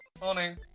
Morning